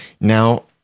now